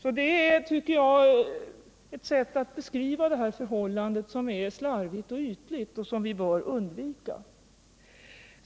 Olof Johanssons sätt att beskriva förhållandet är slarvigt och ytligt, och det bör vi undvika.